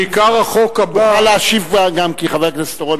תוכל להשיב גם אחרי חבר הכנסת אורון.